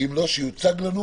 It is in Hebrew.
אם לא, שיוצגו לנו